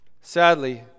Sadly